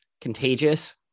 contagious